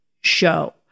show